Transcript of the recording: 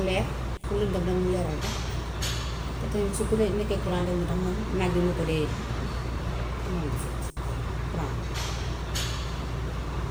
Leer lool da bam leeral ko, te tay su ku la nekkee courant demi tam moom naaj bi moo ko dee amali fit courant.